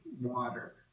Water